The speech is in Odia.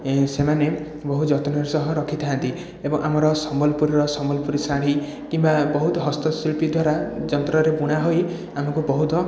ସେମାନେ ବହୁ ଯତ୍ନର ସହିତ ରଖିଥାନ୍ତି ଏବଂ ଆମର ସମ୍ବଲପୁରର ସମ୍ବଲପୁରୀ ଶାଢ଼ୀ କିମ୍ବା ବହୁତ ହସ୍ତଶିଳ୍ପୀ ଦ୍ୱାରା ଯନ୍ତ୍ରରେ ବୁଣା ହେଇ ଆମକୁ ବହୁତ